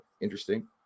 interesting